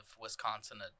Wisconsin